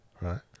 right